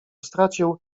stracił